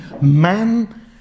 man